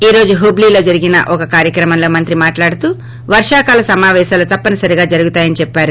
ఈ రోజు హుబ్లీలో జరిగిన ఒక కార్యక్రమంలో మంత్రి మాట్లాడుతూ వర్షాకాల సమాపేశాలు తప్పనిసరిగా జరుగుతాయని చెప్పారు